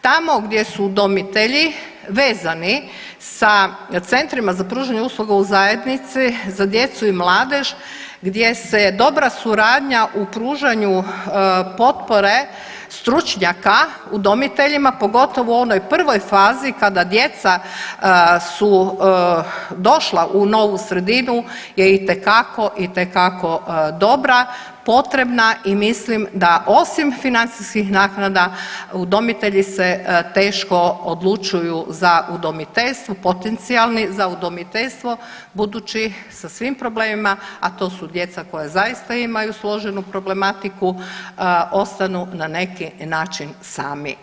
Tamo gdje su udomitelji vezani sa centrima za pružanje usluga u zajednici za djecu i mladež, gdje se dobra suradnja u pružanju potpore stručnjaka udomiteljima pogotovo u onoj prvoj fazi kada djeca su došla u novu sredinu je itekako, itekako dobra, potrebna i mislim da osim financijskih naknada udomitelji se teško odlučuju za udomiteljstvo, potencijalni, za udomiteljstvo budući sa svim problemima, a to su djeca koja zaista imaju složenu problematiku ostanu na neki način sami.